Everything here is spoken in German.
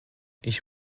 ich